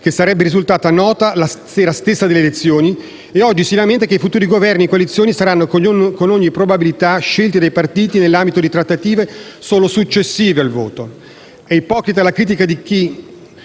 che sarebbe risultata nota la sera stessa delle elezioni, e oggi si lamenta del fatto che tutti i Governi e le coalizioni saranno, con ogni probabilità, scelti dai partiti nell'ambito di trattative solo successive al voto. È ipocrita la critica di chi